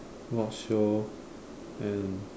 watch show and